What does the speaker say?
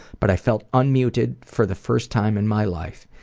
but i felt unmuted for the first time in my life.